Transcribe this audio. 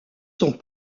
sont